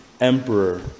emperor